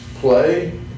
play